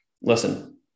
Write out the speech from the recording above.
listen